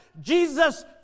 Jesus